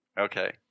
Okay